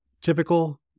typical